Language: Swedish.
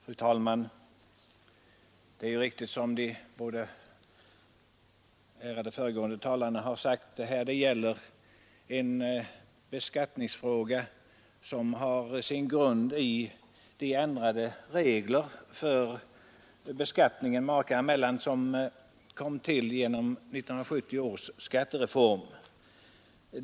Fru talman! De båda föregående ärade talarna har redan berört vad detta ärende innefattar. Det gäller en beskattningsfråga som har sin grund i de ändrade regler för beskattningen makar emellan som kom till genom 1970 års skattereform.